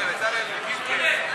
בסדר, בסדר, מסכים.